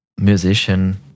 musician